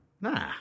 Nah